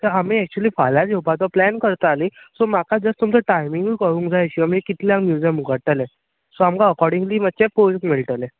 पय आमी एक्चुली फाल्यांच येवपाचो प्लेन करतालीं सो म्हाका जस्ट तुमचो टायमींग कळूंक जाय आशिल्लो म्हळ्यार कितल्यांक म्युजियम उगडटलें सो आमकां एकोर्डिंगली मात्शें पळोवंक मेळटलें